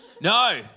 No